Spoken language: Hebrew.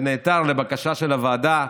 שנעתר לבקשה של הוועדה,